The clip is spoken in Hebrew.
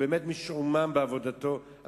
משועמם בעבודתו,